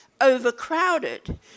overcrowded